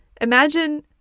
imagine